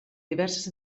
diverses